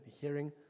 hearing